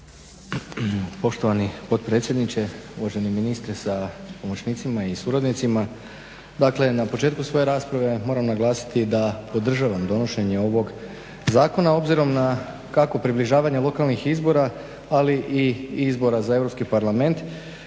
Poštovani potpredsjedniče, uvaženi ministre sa pomoćnicima i suradnicima. Dakle, na početku svoje rasprave moram naglasiti da podržavam donošenje ovog zakona obzirom na kako približavanje lokalnih izbora, ali i izbora za Europski parlament,